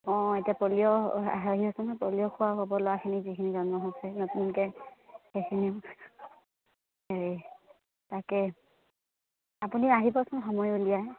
অঁ এতিয়া পলিঅ' হেৰি হৈছে নহয় পলিঅ' খোৱা হ'ব ল'ৰাখিনিক যিখিনি জন্ম হৈছে নতুনকৈ সেইখিনিও হেৰি তাকে আপুনি আহিবচোন সময় উলিয়াই